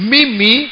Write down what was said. Mimi